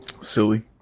Silly